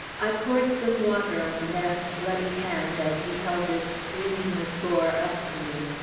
i poured some water on the man's bloody hand, as he held it streaming with gore up to me,